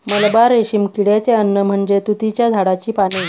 मलबा रेशीम किड्याचे अन्न म्हणजे तुतीच्या झाडाची पाने